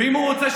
ואם הוא רוצה,